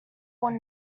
will